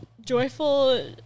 joyful